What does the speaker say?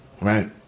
right